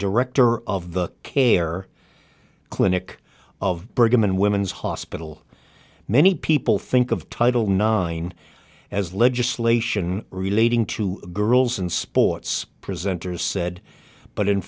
director of the care clinic of brigham and women's hospital many people think of title nine as legislation relating to girls and sports presenters said but in